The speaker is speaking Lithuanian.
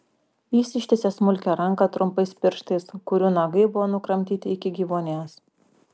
jis ištiesė smulkią ranką trumpais pirštais kurių nagai buvo nukramtyti iki gyvuonies